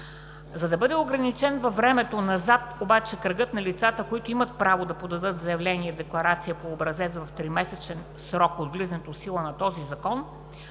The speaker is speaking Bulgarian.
За да бъде ограничен във времето назад обаче кръгът на лицата, които имат право да подадат заявление-декларация по образец в тримесечен срок от влизането в сила на този закон,